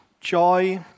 joy